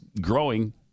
growing